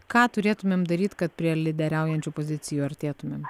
ką turėtumėm daryt kad prie lyderiaujančių pozicijų artėtumėm